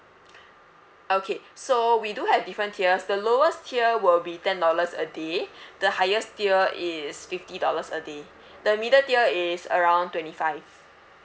okay so we do have different tiers the lowest tier will be ten dollars a day the highest tier is fifty dollars a day the middle tier is around twenty five